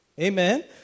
Amen